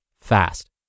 fast